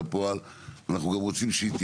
אנחנו רוצים שהרפורמה הזאת תצא לפועל.